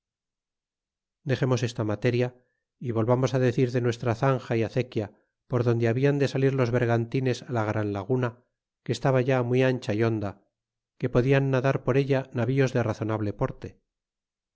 dexemos esta materia y volvamos decir de nuestra zanja y acequia por donde hablan de salir los vergantines la gran laguna que estaba ya muy ancha y honda que podian nadar por ella navíos de razonable porte